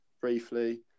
briefly